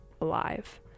alive